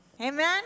Amen